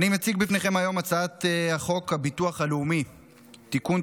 אני מציג בפניכם היום את הצעת חוק הביטוח הלאומי (תיקון,